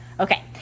Okay